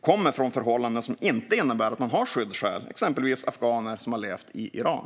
kommer från förhållanden som inte innebär att de har skyddsskäl. Det kan exempelvis handla om afghaner som har levt i Iran.